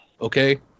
Okay